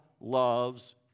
loves